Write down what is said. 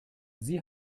sie